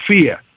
fear